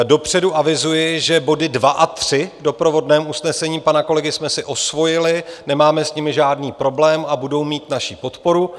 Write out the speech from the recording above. Dopředu avizuji, že body 2 a 3 doprovodného usnesení pana kolegy jsme osvojili, nemáme s nimi žádný problém a budou mít naši podporu.